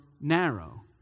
narrow